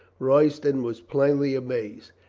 royston was plainly amazed.